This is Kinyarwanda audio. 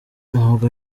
ntabwo